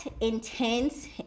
intense